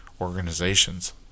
organizations